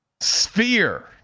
Sphere